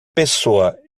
pessoa